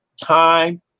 time